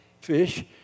fish